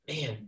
man